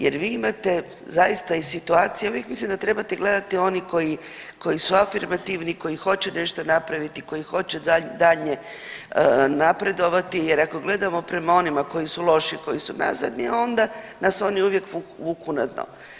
Jer vi imate zaista i situacija ja uvijek mislim da trebate gledati oni koji, koji su afirmativni koji hoće nešto napraviti, koji hoće daljnje napredovati jer ako gledamo prema onima koji su loši, koji su nazadni onda nas oni uvijek vuku na dno.